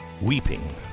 weeping